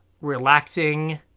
relaxing